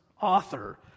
author